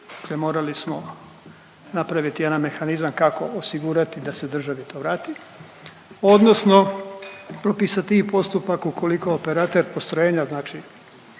morali smo napraviti jedan mehanizam kako osigurati da se državi to vrati, odnosno propisati i postupak ukoliko operater postrojenja, znači